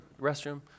restroom